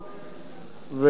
והחוק הוא חוק,